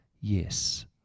yes